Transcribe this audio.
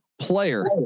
player